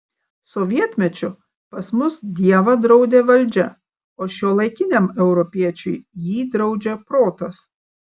sovietmečiu pas mus dievą draudė valdžia o šiuolaikiniam europiečiui jį draudžia protas